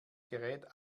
gerät